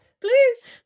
please